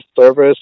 Service